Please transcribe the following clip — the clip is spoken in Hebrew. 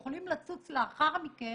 ראינו שפרקליטות המדינה חזרה בה משני כתבי